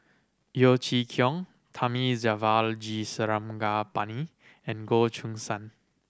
Yeo Chee Kiong Thamizhavel G Sarangapani and Goh Choo San